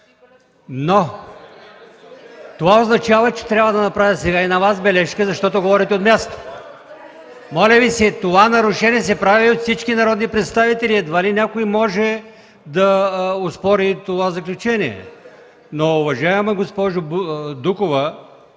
Това означава, че сега трябва да направя и на Вас забележка, защото говорите от място. Моля Ви се, това нарушение се прави от всички народни представители. Едва ли някой може да оспори това заключение. Но, уважаема госпожо Дукова,